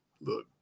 look